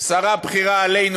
שרה בכירה עלינו,